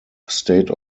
state